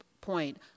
point